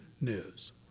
news